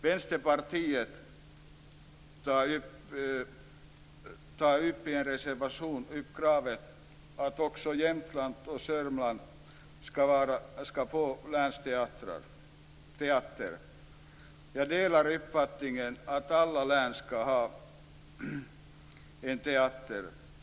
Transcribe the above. Vänsterpartiet tar i en reservation upp kravet att också Jämtland och Södermanland skall få en länsteater. Jag delar uppfattningen att alla län skall ha en teater.